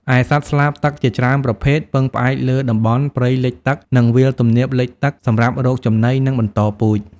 ឯសត្វស្លាបទឹកជាច្រើនប្រភេទពឹងផ្អែកលើតំបន់ព្រៃលិចទឹក និងវាលទំនាបលិចទឹកសម្រាប់រកចំណី និងបន្តពូជ។